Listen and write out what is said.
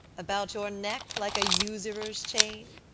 about your neck, like a usurer's chain?